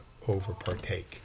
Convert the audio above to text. overpartake